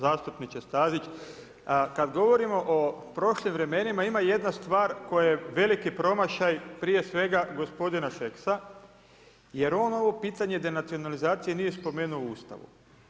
Zastupniče Stazić, kada govorimo o prošlim vremenima ima jedna stvar koja je veliki promašaj prije svega gospodina Šeksa jer on ovo pitanje denacionalizacije nije spomenuo u Ustavu.